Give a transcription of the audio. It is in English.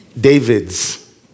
Davids